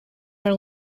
are